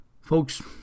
Folks